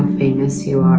famous you